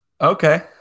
Okay